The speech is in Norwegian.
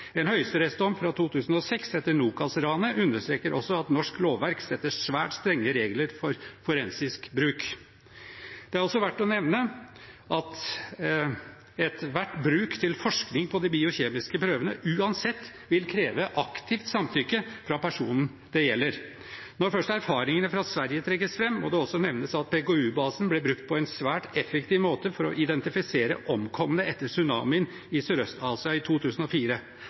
En høyesterettsdom fra 2006 etter Nokas-ranet understreker også at norsk lovverk har svært strenge regler for forensisk bruk. Det er også verdt å nevne at enhver bruk til forskning på de biokjemiske prøvene uansett vil kreve aktivt samtykke fra personen det gjelder. Når erfaringene fra Sverige først trekkes fram, må det også nevnes at PKU-basen ble brukt på en svært effektiv måte for å identifisere omkomne etter tsunamien i Sørøst-Asia i 2004.